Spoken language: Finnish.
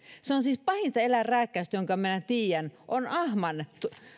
siis pahinta eläinrääkkäystä mitä minä tiedän on ahman